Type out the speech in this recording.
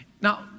Now